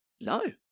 No